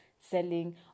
selling